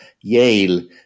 Yale